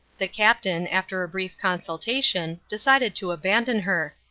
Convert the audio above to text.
the captain, after a brief consultation, decided to abandon her.